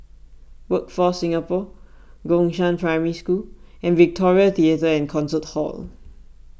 Workforce Singapore Gongshang Primary School and Victoria theatre and Concert Hall